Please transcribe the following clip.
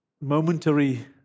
momentary